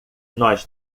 nós